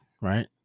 right